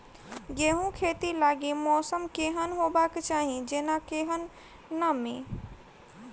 गेंहूँ खेती लागि मौसम केहन हेबाक चाहि जेना केहन नमी?